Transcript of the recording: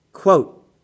Quote